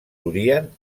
durien